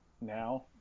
now